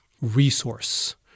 resource